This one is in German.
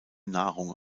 nahrung